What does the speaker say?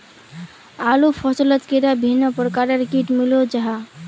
आलूर फसलोत कैडा भिन्न प्रकारेर किट मिलोहो जाहा?